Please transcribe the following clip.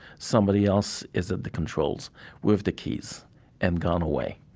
somebody else is at the controls with the keys and gone away.